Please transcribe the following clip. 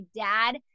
dad